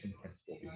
principle